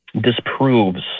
disproves